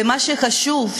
ומה שחשוב,